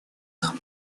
нам